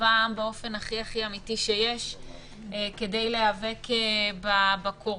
צבא העם באופן הכי אמיתי שיש כדי להיאבק בקורונה.